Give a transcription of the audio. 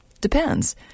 Depends